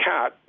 Cat